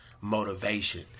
motivation